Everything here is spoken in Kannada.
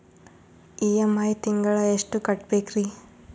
ಇ.ಎಂ.ಐ ತಿಂಗಳ ಎಷ್ಟು ಕಟ್ಬಕ್ರೀ?